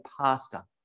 pastor